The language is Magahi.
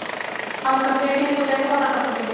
हम अपन क्रेडिट स्कोर कैसे पता कर सकेली?